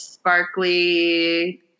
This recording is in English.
Sparkly